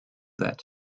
that